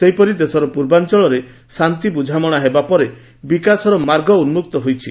ସେହିପରି ଦେଶର ପୂର୍ବାଞଳରେ ଶାନ୍ତି ବୁଝାମଣା ହେବା ପରେ ବିକାଶର ମାର୍ଗ ଉନ୍କକ୍ତ ହୋଇଛି